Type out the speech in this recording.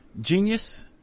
Genius